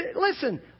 Listen